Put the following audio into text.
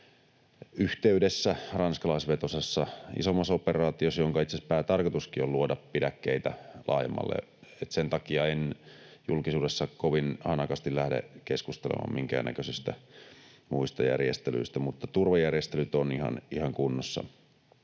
yhteydessä, ranskalaisvetoisessa isommassa operaatiossa, jonka päätarkoituskin on itse asiassa luoda pidäkkeitä laajemmalle, eli sen takia en julkisuudessa kovin hanakasti lähde keskustelemaan minkään näköisistä muista järjestelyistä. Mutta turvajärjestelyt ovat ihan kunnossa.